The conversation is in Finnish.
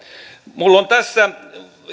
minulla on tässä